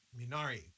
Minari